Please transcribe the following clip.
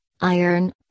iron